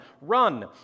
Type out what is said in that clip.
run